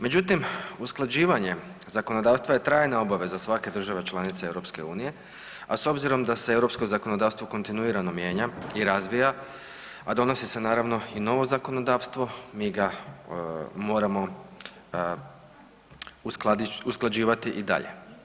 Međutim, usklađivanje zakonodavstva je trajna obaveza svake države članice EU, a s obzirom da se europsko zakonodavstvo kontinuirano mijenja i razvija, a donosi se naravno i novo zakonodavstvo, mi ga moramo usklađivati i dalje.